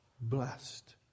Blessed